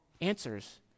answers